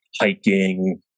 hiking